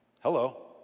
Hello